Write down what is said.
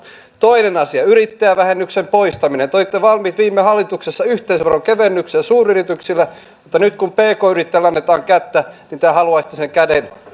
toinen asia yrittäjävähennyksen poistaminen te olitte valmiit viime hallituksessa yhteisveron kevennykseen suuryrityksille mutta nyt kun pk yrittäjälle annetaan kättä niin te haluaisitte sen käden